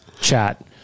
chat